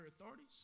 authorities